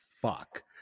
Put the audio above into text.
fuck